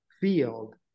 field